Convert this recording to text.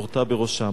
נורתה בראשה.